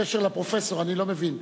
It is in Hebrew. בקשר לפרופסור אני לא מבין.